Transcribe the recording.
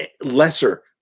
lesser